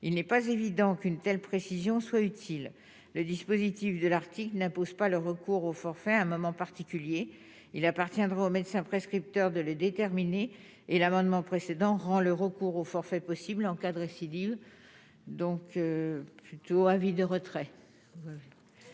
il n'est pas évident qu'une telle précision soit utile, le dispositif de l'article n'impose pas le recours au forfait, à un moment particulier, il appartiendra aux médecins prescripteurs de le déterminer et l'amendement précédent. Le recours au forfait possible civils donc plutôt avis de retrait